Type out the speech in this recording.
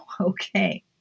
Okay